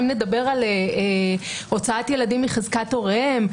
אם נדבר על הוצאת ילדים מחזקת הוריהם,